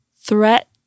threat